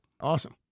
Awesome